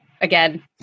again